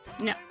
No